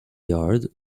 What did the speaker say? yard